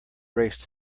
race